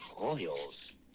Royals